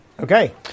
Okay